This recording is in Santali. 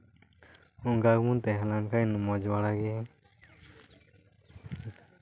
ᱚᱝᱠᱟ ᱜᱮᱵᱚᱱ ᱛᱟᱦᱮ ᱞᱮᱱ ᱠᱷᱟᱱ ᱢᱚᱡᱽ ᱵᱟᱲᱟ ᱜᱮ